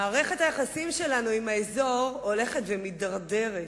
מערכת היחסים שלנו עם האזור הולכת ומידרדרת,